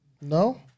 No